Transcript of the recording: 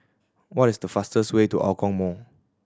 what is the fastest way to Hougang Mall